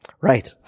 Right